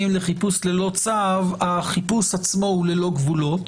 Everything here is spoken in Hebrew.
לחיפוש ללא צו החיפוש עצמו הוא ללא גבולות,